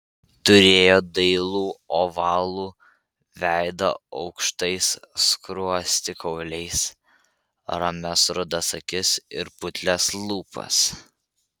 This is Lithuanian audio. turėjo dailų ovalų veidą aukštais skruostikauliais ramias rudas akis ir putlias lūpas